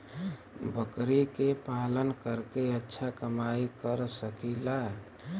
बकरी के पालन करके अच्छा कमाई कर सकीं ला?